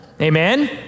Amen